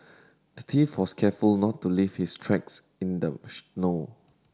the thief was careful not to leave his tracks in the snow